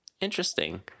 interesting